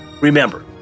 Remember